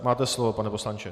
Máte slovo, pane poslanče.